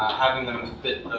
having them fit